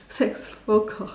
sex phone call